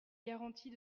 garantie